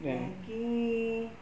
lagi